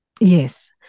yes